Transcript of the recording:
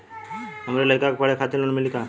हमरे लयिका के पढ़े खातिर लोन मिलि का?